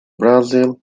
brazil